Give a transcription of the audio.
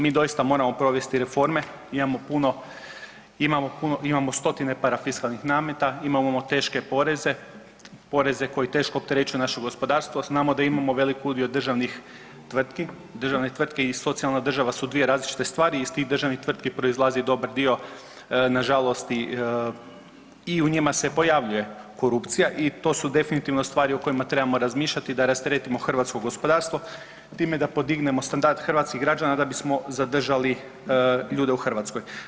Mi doista moramo provesti reforme, imamo puno, imamo puno, imamo stotine parafiskalnih nameta, imamo teške poreze, poreze koji teško opterećuju naše gospodarstvo, znamo da imamo velik udio državnih tvrtki, državne tvrtke i socijalna država su dvije različite stvari i iz tih državnih tvrtki proizlazi i dobar dio nažalost i u njima se pojavljuje korupcija i to su definitivno stvari o kojima trebamo razmišljati i da rasteretimo hrvatsko gospodarstvo time da podignemo standard hrvatskih građana da bismo zadržali ljude u Hrvatskoj.